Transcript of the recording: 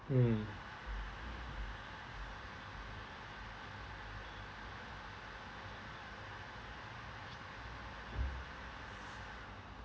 mm